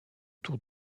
tour